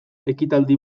ekitaldi